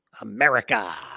America